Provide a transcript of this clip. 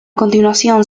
continuación